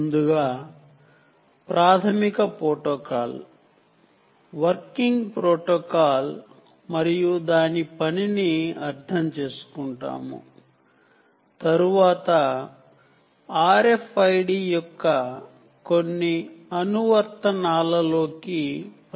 ముందుగా basic protocol working protocol మరియు దాని వర్కింగ్ ని అర్థం చేసుకుంటాము తరువాత RFID యొక్క కొన్ని అప్లికేషన్స్ చూద్దాము